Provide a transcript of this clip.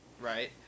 right